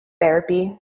therapy